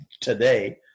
today